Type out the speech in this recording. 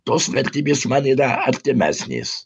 tos vertybės man yra artimesnės